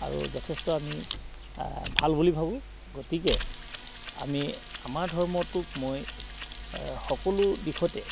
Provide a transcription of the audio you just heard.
আৰু যথেষ্ট আমি ভাল বুলি ভাবোঁ গতিকে আমি আমাৰ ধৰ্মটোক মই সকলো দিশতে